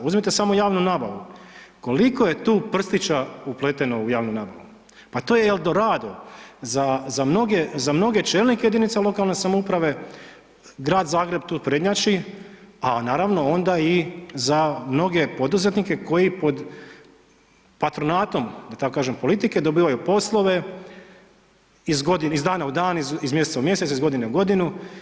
Uzmite samo javnu nabavu, koliko je tu prstića upleteno u javnu nabavu, pa to je Eldorado za mnoge čelnike jedinica lokalne samouprave, grad Zagreb tu prednjači, a naravno onda i za mnoge poduzetnike koji pod patronatom da tako kažem politike, dobivaju poslove iz dana u dan, iz mjeseca u mjesec, iz godine u godinu.